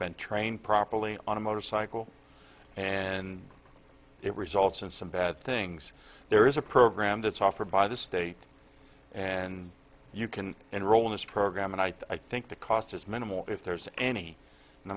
been trained properly on a motorcycle and it results in some bad things there is a program that's offered by the state and you can enroll in this program and i think the cost is minimal if there's any and